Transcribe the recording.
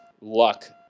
luck